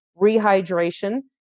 rehydration